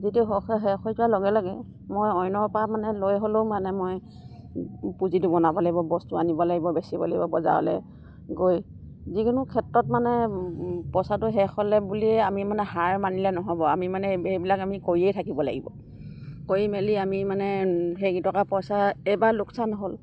যিটো শেষ হৈ যোৱাৰ লগে লগে মই অন্যৰপা মানে লৈ হ'লেও মানে মই পুঁজিটো বনাব লাগিব বস্তু আনিব লাগিব বেচিব লাগিব বজাবলে গৈ যিকোনো ক্ষেত্ৰত মানে পইচাটো শেষ হ'লে বুলিয়ে আমি মানে হাৰ মানিলে নহ'ব আমি মানে সেইবিলাক আমি কৰিয়েই থাকিব লাগিব কৰি মেলি আমি মানে হেৰি কিটকা পইচা এইবাৰ লোকচান হ'ল